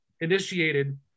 initiated